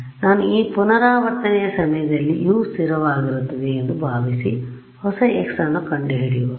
ಆದ್ದರಿಂದ ನಾನು ಆ ಪುನರಾವರ್ತನೆಯ ಸಮಯದಲ್ಲಿ U ಸ್ಥಿರವಾಗಿರುತ್ತದೆ ಎಂದು ಭಾವಿಸಿ ಹೊಸ x ನ್ನು ಕಂಡುಹಿಡಿಯುವ